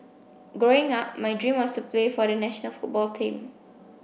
growing up my dream was to play for the national football team